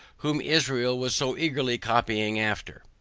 whom israel was so eagerly copying after.